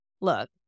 look